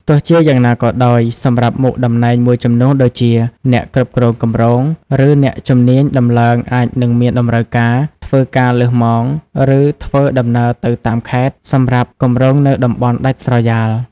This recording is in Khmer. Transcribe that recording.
ទោះជាយ៉ាងណាក៏ដោយ សម្រាប់មុខតំណែងមួយចំនួនដូចជា អ្នកគ្រប់គ្រងគម្រោង ឬអ្នកជំនាញដំឡើងអាចនឹងមានតម្រូវការ ធ្វើការលើសម៉ោង ឬធ្វើដំណើរទៅតាមខេត្ត សម្រាប់គម្រោងនៅតំបន់ដាច់ស្រយាល។